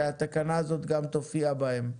שהתקנה הזאת גם תופיע בהם.